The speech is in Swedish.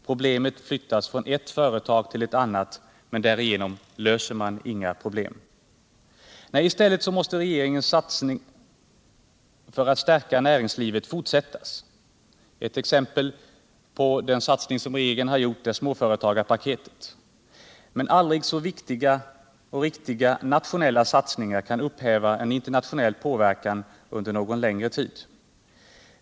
Problemen flyttas från cut företag till cut annat, men därigenom löser man inga problem. Nej, i stället måste regeringens satsningar för att stärka näringslivet fortsätta. Det tredje exemplet på satsningar som regeringen har gjort är småföretagarpaketet. Men aldrig så viktiga och riktiga nationella satsningar kan upphäva en internationell påverkan under någon längre tid.